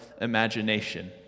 imagination